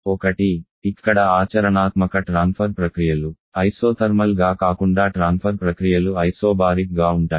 ఒకటి ఇక్కడ ఆచరణాత్మక ట్రాన్ఫర్ ప్రక్రియలు ఐసోథర్మల్ గా కాకుండా ట్రాన్ఫర్ ప్రక్రియలు ఐసోబారిక్ గా ఉంటాయి